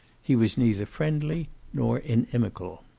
he was neither friendly nor inimical.